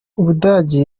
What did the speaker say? ubudagi